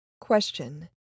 Question